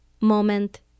moment